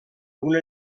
una